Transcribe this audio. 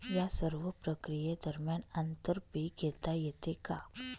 या सर्व प्रक्रिये दरम्यान आंतर पीक घेता येते का?